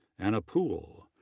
anna pool,